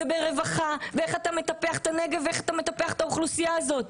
ברווחה ואיך אתה מטפח את הנגב ואיך אתה מטפח את האוכלוסייה הזאת.